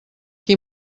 qui